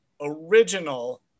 original